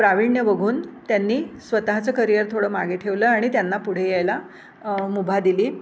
प्रावीण्यं बघून त्यांनी स्वतःचं करिअर थोडं मागे ठेवलं आणि त्यांना पुढे यायला मुभा दिली